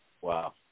Wow